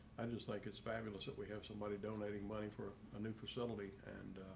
i just like it's fabulous that we have somebody donating money for a new facility and